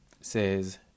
says